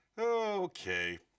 okay